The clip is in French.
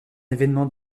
événement